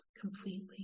completely